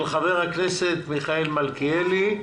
של חבר הכנסת מיכאל מלכיאלי,